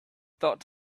thought